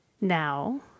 Now